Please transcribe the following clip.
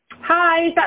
Hi